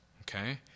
Okay